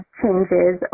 changes